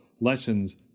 Lessons